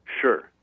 sure